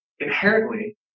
inherently